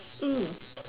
mm